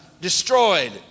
destroyed